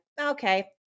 okay